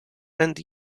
and